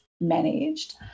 managed